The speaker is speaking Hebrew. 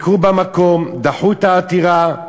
והם ביקרו במקום ודחו את העתירה.